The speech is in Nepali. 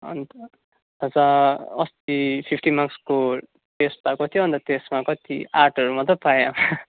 अन्त हजुर अस्ति फिप्टी मार्क्सको टेस्ट भएको थियो अन्त त्यसमा कति आठहरू मात्र पाएँ आमा